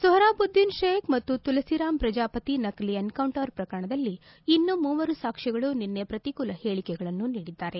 ಸೊಹ್ರಾಬುದ್ದೀನ್ ಶೇಖ್ ಮತ್ತು ತುಲಸಿರಾಮ್ ಪ್ರಜಾಪತಿ ನಕಲಿ ಎನ್ಕೌಂಟರ್ ಪ್ರಕರಣದಲ್ಲಿ ಇನ್ನೂ ಮೂವರು ಸಾಕ್ಷಿಗಳು ನಿನ್ನೆ ಪ್ರತಿಕೂಲ ಹೇಳಿಕೆಗಳನ್ನು ನೀಡಿದ್ದಾರೆ